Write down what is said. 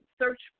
search